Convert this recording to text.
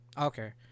Okay